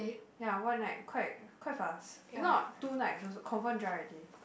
ya one night quite quite fast if not two night also confirm dry already